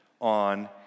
on